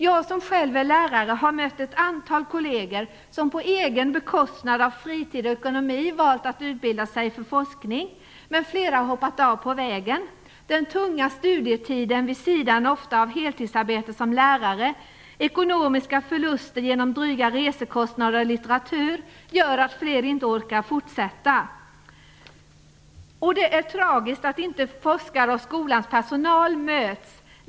Jag som själv är lärare har mött ett antal kolleger som på bekostnad av egen fritid och ekonomi valt att utbilda sig för forskning. Men flera har hoppat av på vägen. Den tunga studietiden, ofta vid sidan av heltidsarbete som lärare, och ekonomiska förluster genom dryga resekostnader och kostnader för litteratur gör att flera inte orkar fortsätta. Det är tragiskt att forskare och skolans personal inte möts.